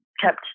kept